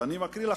ואני מקריא לכם,